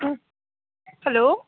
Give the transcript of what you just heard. হুম hello